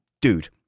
dude